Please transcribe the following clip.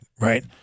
Right